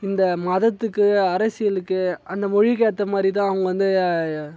இந்த மதத்துக்கு அரசியலுக்கு அந்த மொழிக்கு ஏற்ற மாதிரிதான் அவங்க வந்து